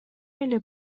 эле